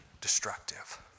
destructive